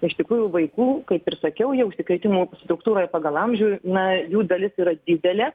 iš tikrųjų vaikų kaip ir sakiau jie užsikrėtimų struktūroj pagal amžių na jų dalis yra didelė